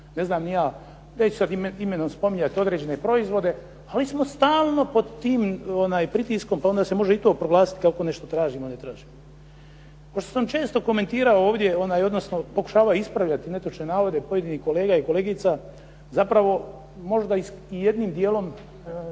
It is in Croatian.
ne traži, neću sada imenom spominjati određene proizvode, ali smo stalno pod tim pritiskom pa onda se može i to proglasiti ako nešto tražimo, ne tražimo. Pošto sam često komentirao ovdje, odnosno pokušavao ispravljati netočne navode pojedinih kolega i kolegica, možda jednim dijelom